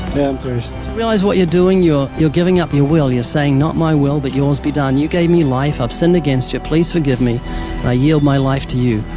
realize what you're doing? you're giving up your will. you're saying, not my will, but yours be done. you gave me life. i've sinned against you. please forgive me. and i yield my life to you.